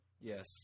Yes